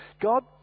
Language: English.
God